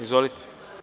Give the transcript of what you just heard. Izvolite.